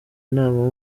inama